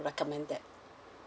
recommend that